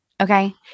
Okay